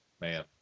man